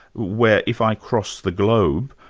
where if i cross the globe,